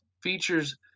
features